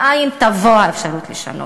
מאין תבוא האפשרות לשנות?